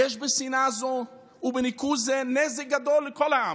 יש בשנאה זו ובניכור זה נזק גדול לכל העם.